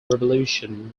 revolution